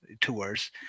tours